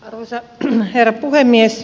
arvoisa herra puhemies